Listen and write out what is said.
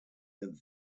that